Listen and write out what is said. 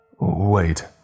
Wait